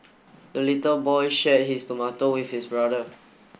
the little boy shared his tomato with his brother